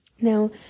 now